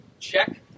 Check